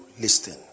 listen